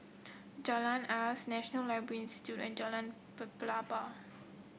Jalan Asas National Library Institute and Jalan Pelepah